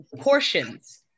portions